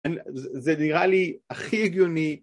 זה נראה לי הכי הגיוני